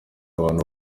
abantu